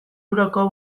euroko